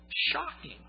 shocking